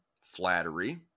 flattery